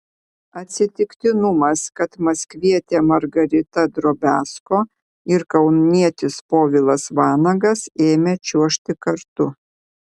atsitiktinumas kad maskvietė margarita drobiazko ir kaunietis povilas vanagas ėmė čiuožti kartu